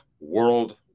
world